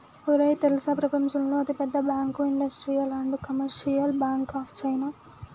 ఒరేయ్ తెల్సా ప్రపంచంలో అతి పెద్ద bank industrial and commercial bank of China